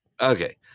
Okay